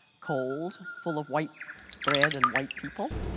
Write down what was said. cold, full of white bread and white people.